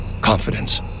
confidence